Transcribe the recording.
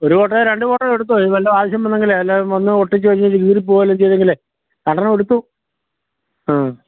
ഒരു ഫോട്ടോയൊ രണ്ട് ഫോട്ടോയൊ എടുത്തൊ ഇനി വല്ല ആവശ്യം വന്നെങ്കിലേ എല്ലാവരും വന്ന് ഒട്ടിച്ചു വച്ചിട്ട് കീറി പോകുകയോ വല്ലതും ചെയ്തെങ്കിലേ രണ്ടെണ്ണം എടുത്തൊ ആ